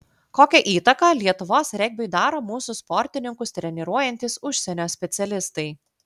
kokią įtaką lietuvos regbiui daro mūsų sportininkus treniruojantys užsienio specialistai